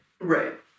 Right